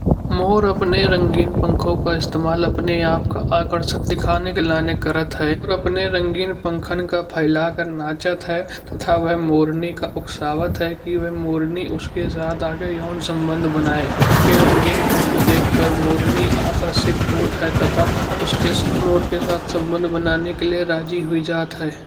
मोर अपने रंगीन पंखों का इस्तेमाल अपने आप का आकर्षण दिखाने के लाने करत है। और अपने रंगीन पंखों का फैलाकर नाचत है। तथा वह मोरनी का उकसावत है। कि वह मोरनी उसके साथ आगे यों संबंध बनाए। के रंगीन पंख देखाकर मोरनी आकर्षित होत है। तथा उसके समूह के साथ संबंध बनाने के लिए राजी हुई जात है।